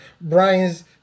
Brian's